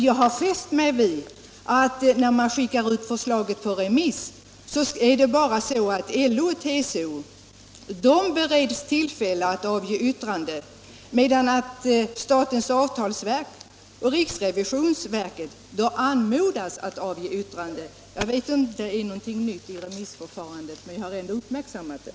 Jag har noterat att när man skickade ut förslaget på remiss, då heter det i skrivelsen att LO och TCO bereds tillfälle att avge yttrande, medan det när det gäller statens avtalsverk och riksrevisionsverket heter att dessa anmodas att avge yttrande. Jag känner inte till om detta är något nytt när det gäller remissförfarande, men jag har uppmärksammat det.